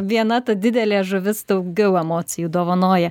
viena ta didelė žuvis daugiau emocijų dovanoja